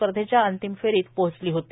स्पर्धेच्या अंतिम फेरीत पोहोचली होती